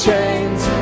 chains